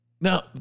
Now